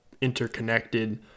interconnected